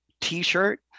t-shirt